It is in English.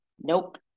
Nope